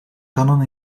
kannen